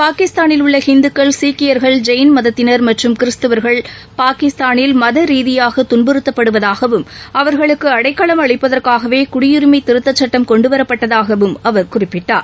பாகிஸ்தானில் உள்ளஹிந்துக்கள் சீக்கியர்கள் ஜெயிள் மதத்தினர் மற்றும் கிறிஸ்துவர்கள் பாகிஸ்தானில் மதரீதியாகதுன்புறுத்தப்படுவதாகவும் அவாகளுக்குஅடைக்கவம் அளிப்பதற்காகவேகுடியுரிமைதிருத்தச் சட்டம் கொண்டுவரப் பட்டதாகவும் அவர் குறிப்பிட்டார்